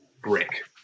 brick